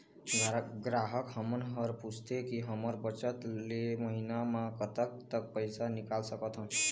ग्राहक हमन हर पूछथें की हमर बचत ले महीना मा कतेक तक पैसा निकाल सकथन?